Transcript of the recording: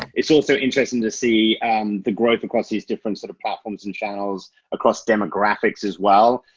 it's also interesting to see the growth across these different sort of platforms and channels across demographics as well.